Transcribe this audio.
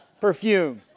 perfume